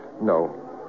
No